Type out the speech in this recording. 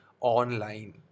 online